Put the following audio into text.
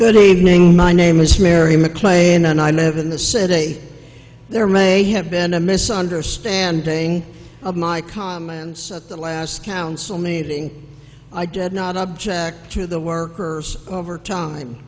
good evening my name is mary mclean and i live in the said hey there may have been a misunderstanding of my comments at the last council meeting i did not object to the workers over time